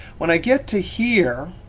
when i get to here,